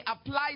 apply